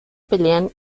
pelean